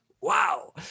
wow